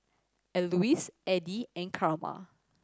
Alois Addie and Karma